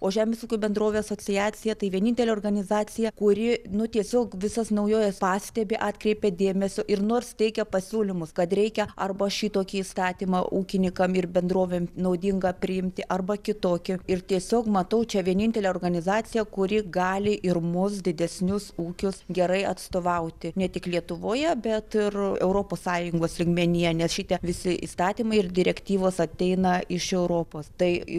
o žemės ūkio bendrovių asociacija tai vienintelė organizacija kuri nu tiesiog visas naujoves pastebi atkreipia dėmesį ir nors teikia pasiūlymus kad reikia arba šitokį įstatymą ūkininkam ir bendrovėm naudingą priimti arba kitokį ir tiesiog matau čia vienintelę organizaciją kuri gali ir mus didesnius ūkius gerai atstovauti ne tik lietuvoje bet ir europos sąjungos lygmenyje nes šitie visi įstatymai ir direktyvos ateina iš europos tai